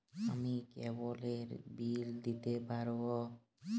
আমি কেবলের বিল দিতে পারবো?